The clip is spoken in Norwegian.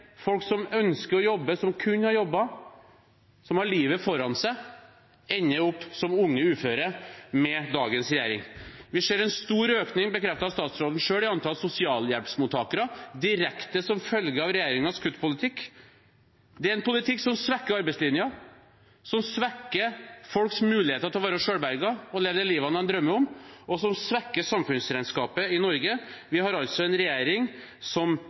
Folk som ønsker å jobbe, som kunne ha jobbet, og som har livet foran seg, ender med dagens regjering opp som unge uføre. Vi ser en stor økning, bekreftet av statsråden selv, i antall sosialhjelpsmottakere direkte som følge av regjeringens kuttpolitikk. Det er en politikk som svekker arbeidslinja, som svekker folks mulighet til å være selvberget og leve det livet de drømmer om, og som svekker samfunnsregnskapet i Norge. Vi har altså en regjering som